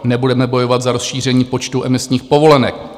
Nebudeme bojovat za rozšíření počtu emisních povolenek.